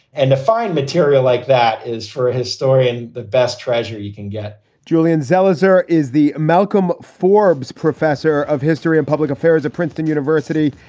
and to find material like that is, for a historian, the best treasurer you can get julian zelizer is the malcolm forbes professor of history and public affairs at princeton university.